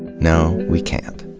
no, we can't.